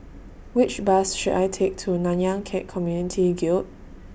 Which Bus should I Take to Nanyang Khek Community Guild